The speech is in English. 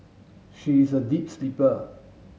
she is a deep sleeper